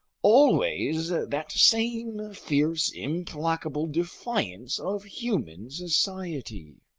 always that same fierce, implacable defiance of human society!